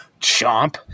chomp